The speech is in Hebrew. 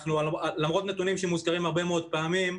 למרות נתונים שמוזכרים הרבה מאוד פעמים,